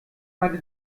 meine